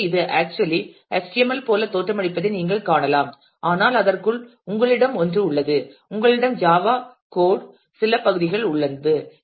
எனவே இது actually HTML போல தோற்றமளிப்பதை நீங்கள் காணலாம் ஆனால் அதற்குள் உங்களிடம் ஒன்று உள்ளது உங்களிடம் ஜாவா கோடின் சில பகுதி உள்ளது